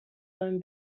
own